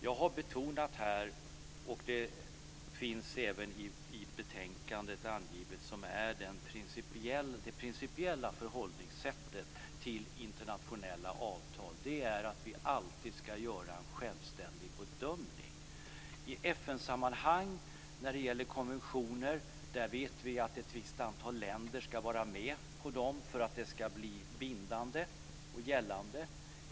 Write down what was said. Jag har här betonat, och det finns även angivet i betänkandet, det som är det principiella förhållningssättet till internationella avtal, och det är att vi alltid ska göra en självständig bedömning. Vi vet att i FN-sammanhang ska ett visst antal länder vara med på konventionerna för att de ska bli bindande och gällande.